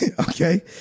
Okay